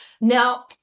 Now